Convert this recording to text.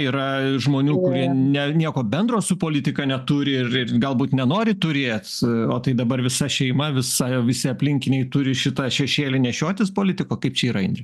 yra žmonių ne nieko bendro su politika neturi ir galbūt nenori turėt o tai dabar visa šeima visa visi aplinkiniai turi šitą šešėlį nešiotis politiko kaip čia yra indre